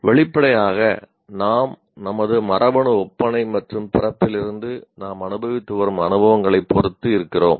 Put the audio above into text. வெளிப்படையாக நாம் நமது மரபணு ஒப்பனை மற்றும் பிறப்பிலிருந்து நாம் அனுபவித்து வரும் அனுபவங்களைப் பொறுத்து இருக்கிறோம்